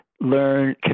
learn